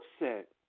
upset